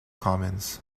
commons